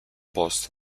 post